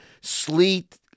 sleet